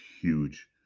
huge